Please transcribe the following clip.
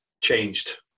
changed